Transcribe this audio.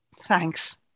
Thanks